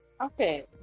okay